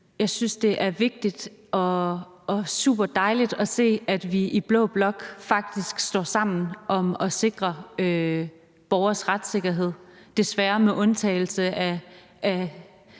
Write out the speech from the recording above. Jeg synes, det er vigtigt og superdejligt at se, at vi i blå blok faktisk står sammen om at sikre borgeres retssikkerhed, desværre med undtagelse af